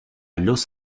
los